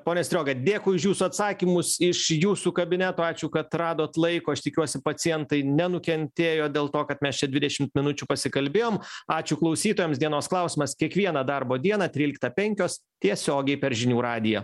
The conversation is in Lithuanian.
pone strioga dėkui už jūsų atsakymus iš jūsų kabineto ačiū kad radot laiko aš tikiuosi pacientai nenukentėjo dėl to kad mes čia dvidešimt minučių pasikalbėjom ačiū klausytojams dienos klausimas kiekvieną darbo dieną tryliktą penkios tiesiogiai per žinių radiją